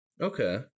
Okay